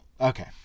okay